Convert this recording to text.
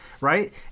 right